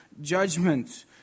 judgment